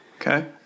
Okay